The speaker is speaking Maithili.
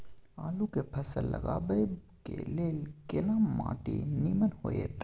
आलू के फसल लगाबय के लेल केना माटी नीमन होयत?